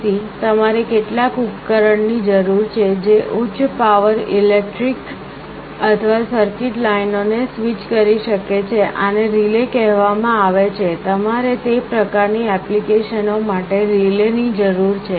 તેથી તમારે કેટલાક ઉપકરણ ની જરૂર છે જે ઉચ્ચ પાવર ઇલેક્ટ્રિક અથવા સર્કિટ લાઇનોને સ્વિચ કરી શકે છે આને રિલે કહેવામાં આવે છે તમારે તે પ્રકાર ની એપ્લિકેશનો માટે રિલે ની જરૂર છે